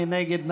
מי נגד?